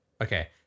Okay